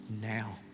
now